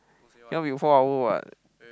ya we four hour [what]